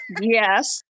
yes